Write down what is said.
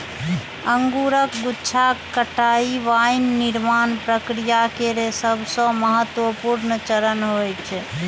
अंगूरक गुच्छाक कटाइ वाइन निर्माण प्रक्रिया केर सबसं महत्वपूर्ण चरण होइ छै